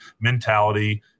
mentality